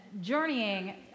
journeying